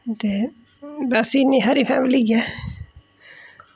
ते बस इन्नी हारी फैमिली ऐ